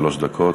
שלוש דקות.